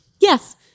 Yes